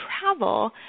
travel